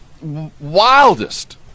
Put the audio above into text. wildest